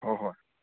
ꯍꯣꯏ ꯍꯣꯏ